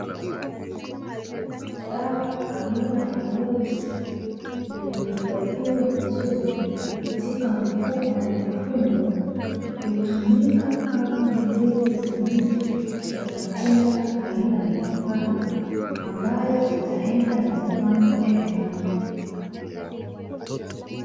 Dawa aina ya (royal seed) iliyo hifadhiwa vizuri katika mfuko na kufungwa, hutumika kama mbegu za miti ya matunda aina ya papai, ambayo itaenda na kupandwa shambani.